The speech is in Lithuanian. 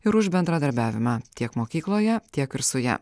ir už bendradarbiavimą tiek mokykloje tiek ir su ja